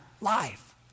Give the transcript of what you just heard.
life